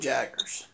Jaggers